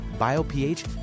BioPH